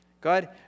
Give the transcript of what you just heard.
God